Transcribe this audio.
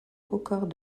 records